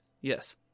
yes